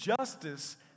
justice